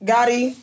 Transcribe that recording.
Gotti